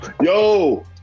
Yo